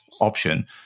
option